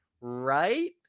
right